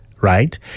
right